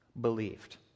believed